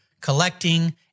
collecting